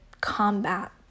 combat